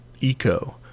eco